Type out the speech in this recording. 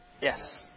Yes